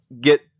get